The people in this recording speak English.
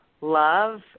love